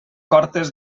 cortes